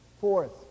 Fourth